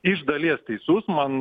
iš dalies teisus man